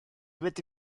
wedi